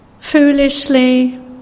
foolishly